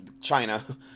China